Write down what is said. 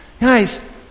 Guys